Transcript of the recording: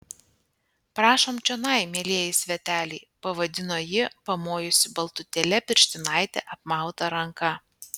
prašom čionai mielieji sveteliai pavadino ji pamojusi baltutėle pirštinaite apmauta ranka